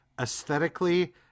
aesthetically